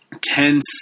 tense